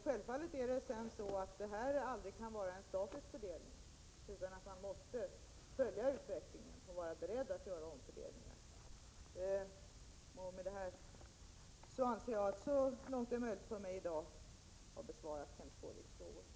Självfallet kan fördelningen aldrig vara statisk, utan man måste följa utvecklingen och vara beredd att göra omfördelningar. Med detta anser jag mig, så långt det är möjligt för mig i dag, ha besvarat Kenth Skårviks frågor.